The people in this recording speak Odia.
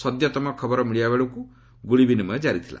ସର୍ବଶେଷ ଖବର ମିଳିବା ବେଳକୁ ଗୁଳି ବିନିମୟ ଜାରିଥିଲା